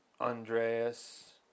andreas